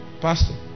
Pastor